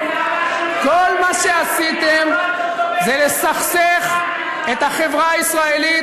כל מה שעשיתם זה לסכסך את החברה הישראלית,